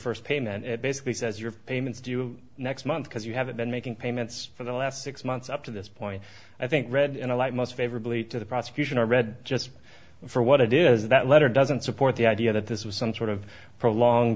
first payment and it basically says your payments due next month because you have been making payments for the last six months up to this point i think read in a light most favorably to the prosecution i read just for what it is that letter doesn't support the idea that this was some sort of prolong